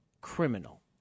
criminal